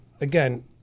Again